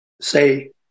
say